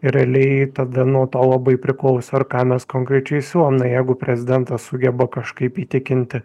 realiai tada nuo to labai priklauso ir ką mes konkrečiai siūlom na jeigu prezidentas sugeba kažkaip įtikinti